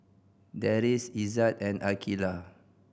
Deris Izzat and Aqeelah